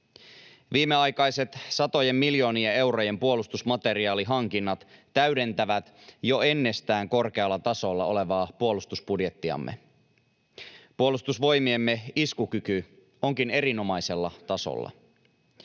Viimeaikaiset satojen miljoonien eurojen puolustusmateriaalihankinnat täydentävät jo ennestään korkealla tasolla olevaa puolustusbudjettiamme. Puolustusvoimiemme iskukyky onkin erinomaisella tasolla.